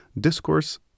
Discourse